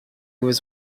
was